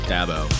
Dabo